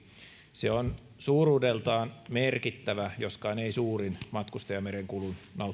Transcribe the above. se on suuruudeltaan merkittävä joskaan ei suurin matkustajamerenkulun